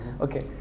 Okay